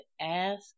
ask